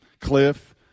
Cliff